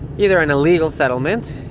either an illegal settlement,